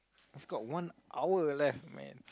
it's got one hour left man